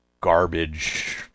garbage